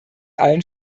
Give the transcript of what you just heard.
allen